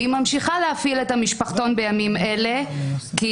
והיא ממשיכה להפעיל את המשפחתון בימים אלה כי